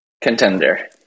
Contender